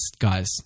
guys